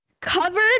covered